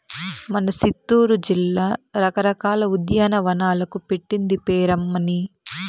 మన సిత్తూరు జిల్లా రకరకాల ఉద్యానవనాలకు పెట్టింది పేరమ్మన్నీ